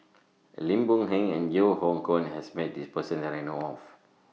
Lim Boon Heng and Yeo Hoe Koon has Met This Person that I know of